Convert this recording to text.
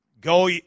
Go